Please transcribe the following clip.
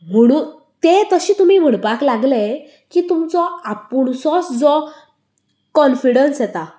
म्हणून ते तशे तुमी म्हणपा लागले की तुमचो आपूणसोच जो कोनफिडस येता